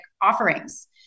offerings